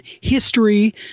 history